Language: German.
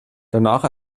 danach